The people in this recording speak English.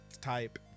type